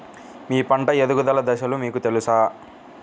మీ పంట ఎదుగుదల దశలు మీకు తెలుసా?